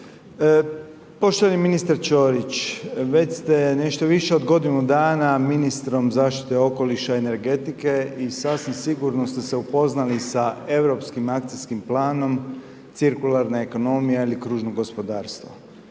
Poštovani ministre Čorić, već ste nešto više od godinu dana ministrom zaštite okoliša i energetike i sasvim sigurno ste se upoznali sa europskim akcijskim planom cirkularna ekonomija ili kružno gospodarstvo